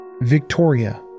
Victoria